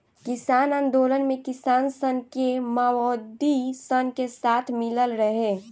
किसान आन्दोलन मे किसान सन के मओवादी सन के साथ मिलल रहे